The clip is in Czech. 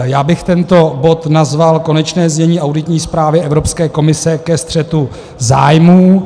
Já bych tento bod nazval Konečné znění auditní zprávy Evropské komise ke střetu zájmů.